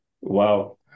Wow